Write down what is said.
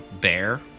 bear